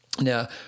Now